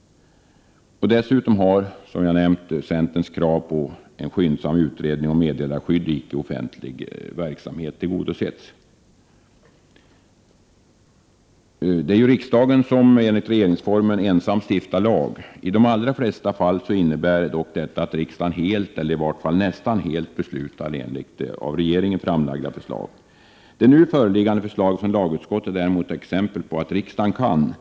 Dessutom har, som jag tidigare nämnt, centerns krav på en skyndsam utredning i fråga om meddelarskyddet i icke offentlig verksamhet tillgodosetts. Det är ju riksdagen som enligt regeringsformen ensam stiftar lagar. I de allra flesta fall innebär detta dock att riksdagen helt, eller i varje fall nästan helt, beslutar enligt regeringens framlagda förslag. Det nu föreliggande förslaget från lagutskottet är däremot ett exempel på att riksdagen — när ett Prot.